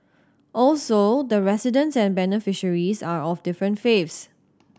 also the residents and beneficiaries are of different faiths